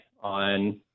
on